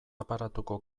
aparatuko